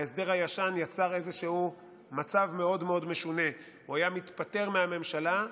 ההסדר הישן יצר איזשהו מצב מאוד מאוד משונה: הוא היה מתפטר מהממשלה,